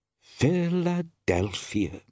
Philadelphia